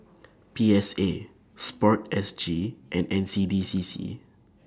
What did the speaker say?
P S A Sport S G and N C D C C